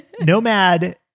Nomad